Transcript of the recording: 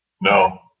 No